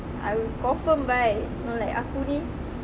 I will confirm buy you know like aku ni